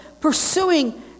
pursuing